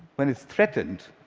when it's threatened,